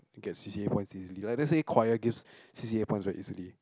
get C_C_A points easily like let's say choir gives C_C_A points very easily